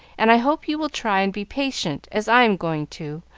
and i hope you will try and be patient as i am going to,